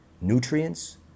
nutrients